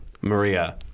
Maria